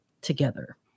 together